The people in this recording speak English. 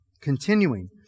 continuing